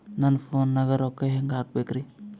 ನನ್ನ ಫೋನ್ ನಾಗ ರೊಕ್ಕ ಹೆಂಗ ಹಾಕ ಬೇಕ್ರಿ?